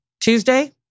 Tuesday